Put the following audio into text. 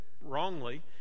wrongly